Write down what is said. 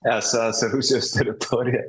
esąs rusijos teritorijoja